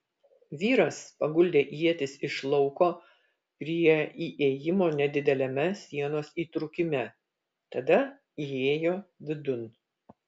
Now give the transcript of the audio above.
vyras paguldė ietis iš lauko prie įėjimo nedideliame sienos įtrūkime tada įėjo vidun